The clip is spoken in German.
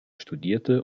studierte